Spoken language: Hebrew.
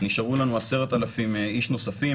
נשארו לנו 10,000 איש נוספים,